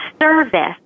service